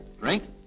Drink